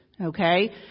Okay